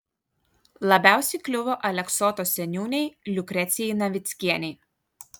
labiausiai kliuvo aleksoto seniūnei liukrecijai navickienei